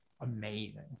amazing